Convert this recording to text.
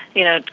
you know,